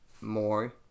more